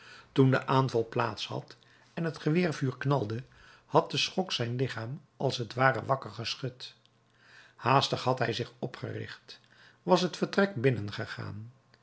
toen de aanval plaats had en het geweervuur knalde had de schok zijn lichaam als t ware wakkergeschud haastig had hij zich opgericht was het vertrek binnengegaan